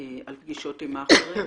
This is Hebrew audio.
על פגישות עם מאכערים,